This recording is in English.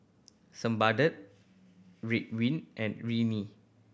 Ridwind and Rene